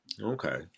Okay